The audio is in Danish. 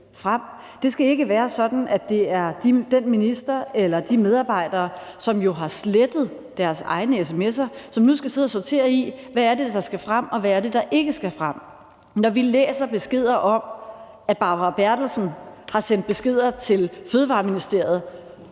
Det skal ikke være sådan, at det er den minister eller de medarbejdere, som jo har slettet deres egne sms'er, som nu skal sidde og sortere i, hvad det er, der skal frem, og hvad det er, der ikke skal frem. Når vi læser beskeder om, at Barbara Bertelsen har sendt beskeder til Fødevareministeriet,